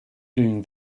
doing